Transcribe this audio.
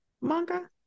manga